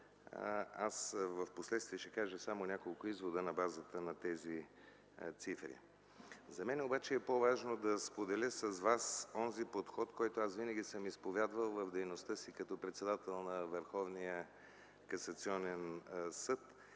В последствие ще кажа само няколко извода на базата на тези цифри. За мен е по-важно да споделя с вас онзи подход, който винаги съм изповядвал в дейността си като председател на Върховния касационен съд